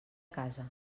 casa